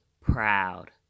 proud